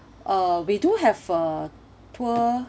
uh we do have a tour